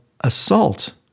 assault